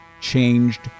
changed